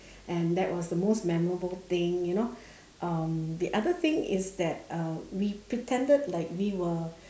and that was the most memorable thing you know um the other thing is that uh we pretended like we were